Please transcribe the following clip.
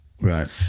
Right